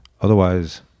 Otherwise